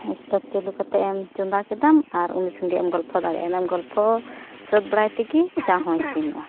stove ᱪᱟᱹᱞᱩ ᱠᱟᱛᱮᱫ ᱮᱢ ᱪᱚᱸᱫᱟ ᱠᱮᱫᱟᱢ ᱟᱨ ᱩᱱᱤ ᱥᱚᱸᱜᱮᱜ ᱮᱢ ᱜᱚᱞᱯᱷᱚ ᱫᱟᱲᱮᱭᱟᱜᱼᱟ ᱜᱚᱞᱯᱷᱚ ᱥᱟᱹᱛ ᱵᱟᱲᱟᱭ ᱛᱮᱜᱮ ᱪᱟ ᱦᱚᱸ ᱤᱥᱤᱱᱚᱜᱼᱟ